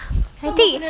I think